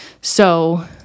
So-